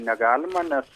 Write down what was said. negalima nes